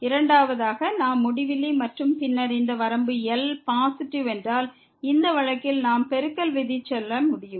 இரண்டாவதாக நாம் முடிவிலி மற்றும் பின்னர் இந்த வரம்பு L பாசிட்டிவ் என்றால் இந்த வழக்கில் நாம் பெருக்கல்விதி செல்ல முடியும்